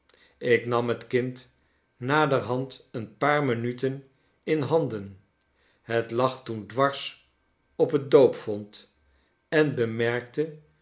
ik nam het kind naderhand een paar minuten in handen het lag toen dwars op de doopvont en bemerkte